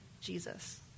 Jesus